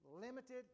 limited